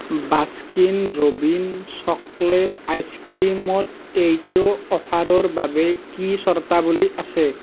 Baskin Robbins chocolate আইচক্ৰীমত এইটো অফাৰৰ বাবে কি চৰ্তাৱলী আছে